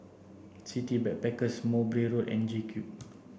City Backpackers Mowbray Road and JCube